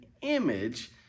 image